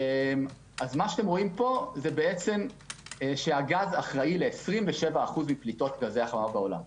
פה רואים שהגז אחראי ל-27% מפליטות גזי החממה בעולם.